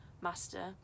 master